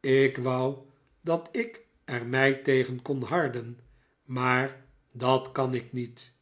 ik wou dat ik er mij tegen kon harden maar dat kan ik niet